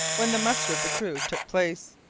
when the muster of the crew took place.